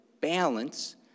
balance